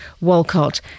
Walcott